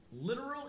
literal